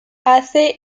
hace